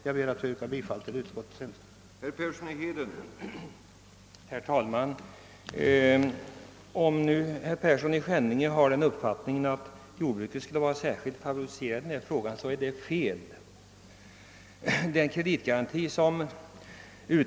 Jag ber att få yrka bifall till utskottets hemställan på denna punkt.